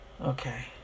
okay